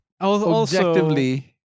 objectively